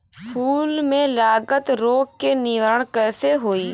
फूल में लागल रोग के निवारण कैसे होयी?